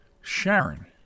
Sharon